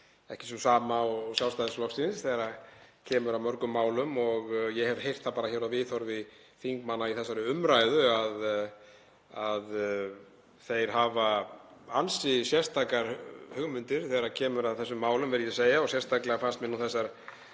ekki sú sama og Sjálfstæðisflokksins þegar kemur að mörgum málum og ég hef heyrt það bara á viðhorfi þingmanna í þessari umræðu að þeir hafa ansi sérstakar hugmyndir þegar kemur að þessum málum, verð ég að segja. Sérstaklega fannst mér þessar